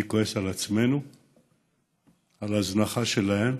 אני כועס עלינו על ההזנחה שלהם,